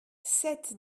sept